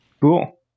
Cool